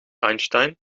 einstein